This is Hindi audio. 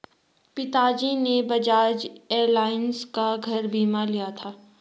पिताजी ने बजाज एलायंस का घर बीमा लिया था